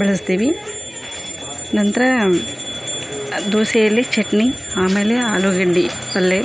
ಬಳಸ್ತೀವಿ ನಂತರ ದೋಸೆಯಲ್ಲಿ ಚಟ್ನಿ ಆಮೇಲೆ ಆಲೂಗೆಡ್ಡಿ ಪಲ್ಲೆ